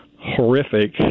horrific